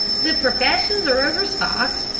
the professions are overstocked,